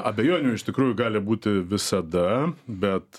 abejonių iš tikrųjų gali būti visada bet